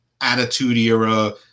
attitude-era